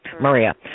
Maria